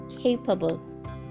capable